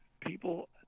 People